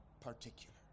particular